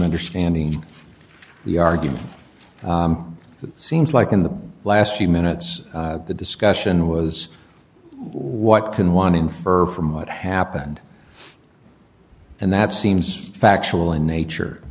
understanding the argument it seems like in the last few minutes the discussion was what can one infer from what happened and that seems factual in nature